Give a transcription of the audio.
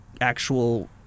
actual